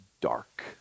dark